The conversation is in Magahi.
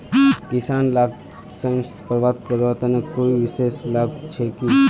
किसान लाक ऋण प्राप्त करवार तने कोई विशेष लाभ छे कि?